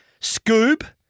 Scoob